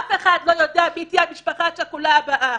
אף אחד לא יודע מי תהיה המשפחה השכולה הבאה